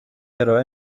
ارائه